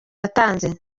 yatanze